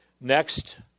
Next